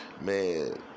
man